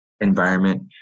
Environment